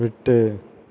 விட்டு